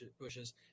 bushes